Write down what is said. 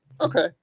okay